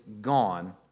gone